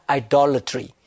idolatry